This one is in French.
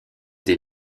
des